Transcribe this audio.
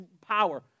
power